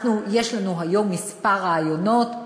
יש לנו היום כמה רעיונות,